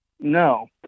No